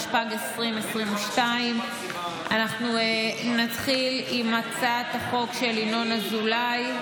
התשפ"ג 2022. אנחנו נתחיל עם הצעת החוק של ינון אזולאי.